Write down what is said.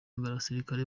abasirikare